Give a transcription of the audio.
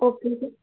okay